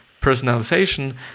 Personalization